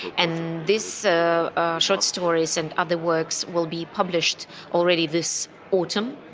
and these so short stories and other works will be published already this autumn.